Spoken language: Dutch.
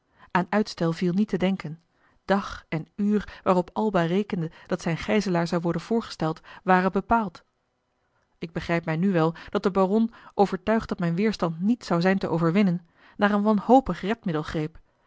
aan uitstel viel niet te denken dag en uur waarop alba rekende dat zijn gijzelaar zou worden voorgesteld waren bepaald ik begrijp mij nu wel dat de baron overtuigd dat mijn weêrstand niet zou zijn te overwinnen naar een wanhopig redmiddel greep